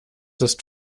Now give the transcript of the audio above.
ist